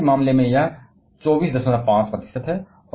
Germany के मामले में यह 245 प्रतिशत है